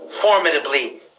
formidably